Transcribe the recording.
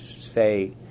say